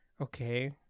okay